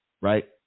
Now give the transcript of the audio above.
right